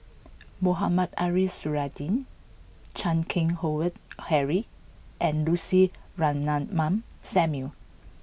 Mohamed Ariff Suradi Chan Keng Howe Harry and Lucy Ratnammah Samuel